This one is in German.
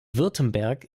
württemberg